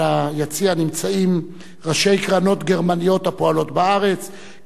ביציע נמצאים ראשי קרנות גרמניות הפועלות בארץ,